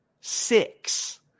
six